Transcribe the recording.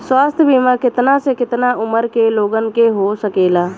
स्वास्थ्य बीमा कितना से कितना उमर के लोगन के हो सकेला?